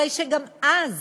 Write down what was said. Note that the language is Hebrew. הרי גם אז